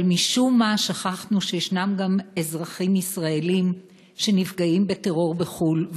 אבל משום מה שכחנו שיש גם אזרחים ישראלים שנפגעים בטרור בחו"ל,